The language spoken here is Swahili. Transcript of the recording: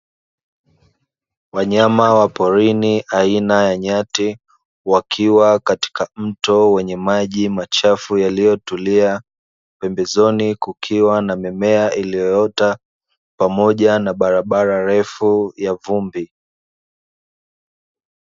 Wanyama wa porini aina ya nyati, wakiwa katika mto wenye maji machafu yaliyotulia. Pembezoni kukiwa na mimea iliyoota, pamoja na barabara refu ya vumbi.